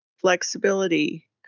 flexibility